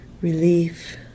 relief